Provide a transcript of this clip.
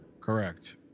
Correct